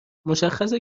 مشخصه